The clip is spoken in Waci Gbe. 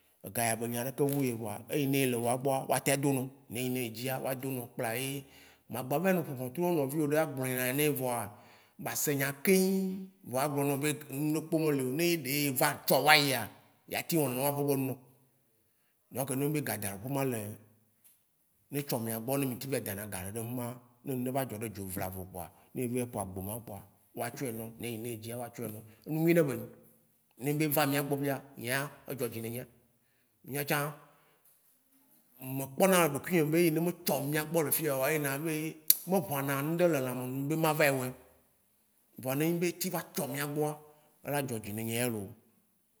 ega ya be nya ya ɖeke wu ye vɔa, eyine ele woagbɔa woa teŋ adonao. neyi ne edzia woa donao. Kpoa ye ma gbava yi nɔ ƒo hɔ̃tru ne nɔviwo ɖe, a gblɔ nya ne vɔa. ba se nya keŋ vɔa a gblɔna wo be ŋɖeke me lio, ne ɖe eva tsɔ vayia, ya teŋ wɔ nene ƒe nu nawo. Donk ne nyi be gadzaɖoƒema le ne taɔ miagbɔ mí teŋ va yi dana gaɖe ɖe fima, ne ŋɖe va dzɔ ɖe dzio vlavo kpoa, ne eva yí ƒo agboma kpoa woa tsɔɛ na wò, nene yi ne eɖzia woa tɔɛ na wo. Enu nyuiɖe be nyi. Ne be eva miagbɔ fia nyea, nyeyay e dzɔdzi ne nyea. Mia tsã, me kpɔna le dokuinyĩ me be eyi ne me tsɔ miagbɔ miagbɔ le fiyea ena be, me ʋana ŋɖe le lãme nuŋ be ma va yi wɔɛ. Vɔ ne enyi be e teŋ va tsɔ mia gbɔa, ela dzɔdzi ne nyea loo.